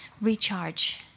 recharge